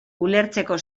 ulertzeko